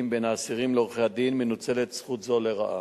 בין האסירים לעורכי-הדין מנוצלת זכות זו לרעה,